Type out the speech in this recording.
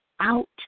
Out